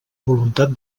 voluntat